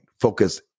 Focus